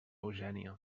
eugènia